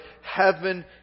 Heaven